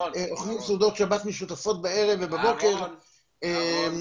אוכלים סעודות שבת משותפות בערב ובבוקר --- אהרון,